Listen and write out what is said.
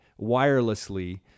wirelessly